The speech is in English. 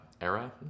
era